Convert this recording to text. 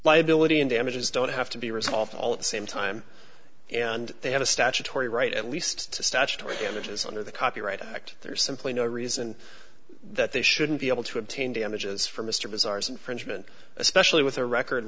liability and damages don't have to be resolved all at the same time and they have a statutory right at least to statutory damages under the copyright act there's simply no reason that they shouldn't be able to obtain damages from mr b'sahrs infringement especially with a record